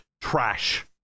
trash